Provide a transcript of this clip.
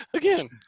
Again